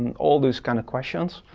all these kind of questions,